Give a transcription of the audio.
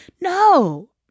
No